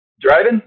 Driving